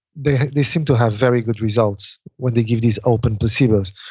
they they seem to have very good results when they give these open placebos.